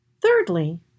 Thirdly